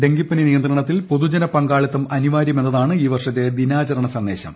ഡെങ്കിപ്പനി നിയന്ത്രണത്തിൽ പൊതുജന പങ്കാളിത്തം അനിവാര്യം എന്നതാണ് ഈ വർഷത്തെ ദിനാചരണ സന്ദേശം